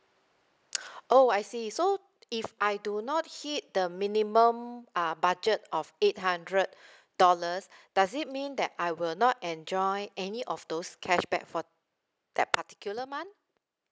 oh I see so if I do not hit the minimum uh budget of eight hundred dollars does it mean that I will not enjoy any of those cashback for that particular month